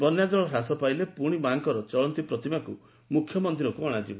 ବନ୍ୟାଜଳ ହ୍ରାସ ପାଇଲେ ପୁଶି ମାଙ୍କ ଚଳନି ପ୍ରତିମାକୁ ମୁଖ୍ୟ ମନ୍ଦିରକୁ ଅଣାଯିବ